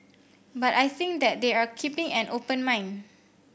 but I think that they are keeping an open mind